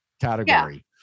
category